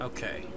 Okay